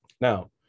Now